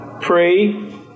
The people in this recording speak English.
pray